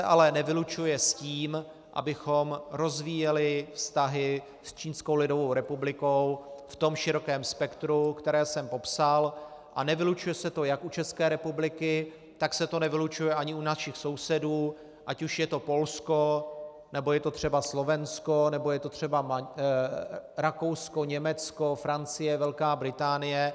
To se ale nevylučuje s tím, abychom rozvíjeli vztahy s Čínskou lidovou republikou v tom širokém spektru, které jsem popsal, a nevylučuje se to jak u České republiky, tak se to nevylučuje ani u našich sousedů, ať už je to Polsko, nebo je to třeba Slovensko, nebo je to třeba Rakousko, Německo, Francie, Velká Británie.